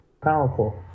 powerful